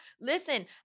listen